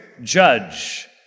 judge